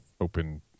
open –